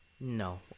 no